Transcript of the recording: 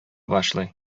башлый